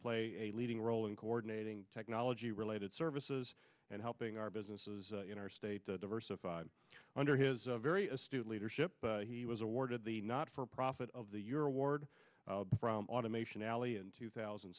play a leading role in coordinating technology related services and helping our businesses in our state to diversify under his very astute leadership he was awarded the not for profit of the year award from automation alley in two thousand